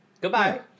Goodbye